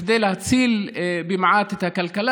כדי להציל במעט את הכלכלה,